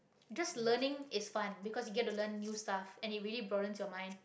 just learning is fun because you get to learn new stuff and it really broadens your mind